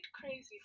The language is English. crazy